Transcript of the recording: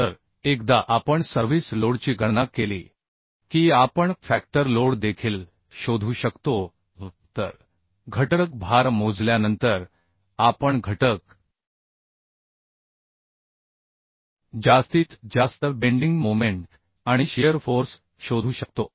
तर एकदा आपण सर्व्हिस लोडची गणना केली की आपण फॅक्टर लोड देखील शोधू शकतो तर घटक भार मोजल्यानंतर आपण घटक जास्तीत जास्त बेंडिंग मोमेंट आणि शिअर फोर्स शोधू शकतो